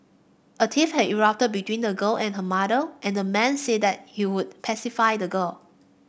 a tiff had erupted between the girl and her mother and the man said that he would pacify the girl